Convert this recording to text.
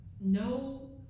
No